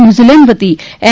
New Zealand વતી એમ